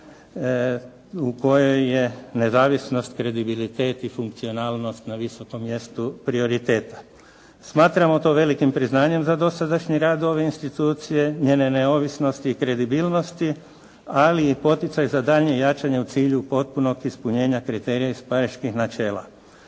u kojoj je nezavisnost, kredibilitet i funkcionalnost na visokom mjestu prioriteta. Smatramo to velikim priznanjem za dosadašnji rad ove institucije, njene neovisnosti i kredibilnosti, ali i poticaj za daljnje jačanje u cilju potpunog ispunjenja kriterija iz pariških načela.